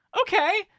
okay